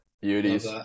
beauties